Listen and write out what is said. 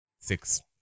six